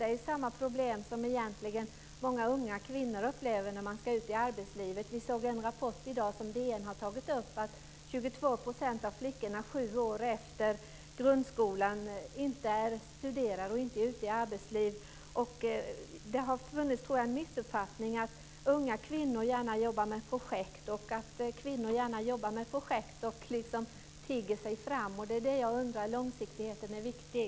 Det är samma problem som många unga kvinnor upplever när de ska ut i arbetslivet. Vi såg i en rapport som DN har tagit upp i dag att 22 % av flickorna sju år efter grundskolan inte studerar och inte är ute i arbetslivet. Det har funnits en missuppfattning om att unga kvinnor gärna jobbar med projekt och liksom tigger sig fram. Det är det jag undrar om. Långsiktigheten är viktig.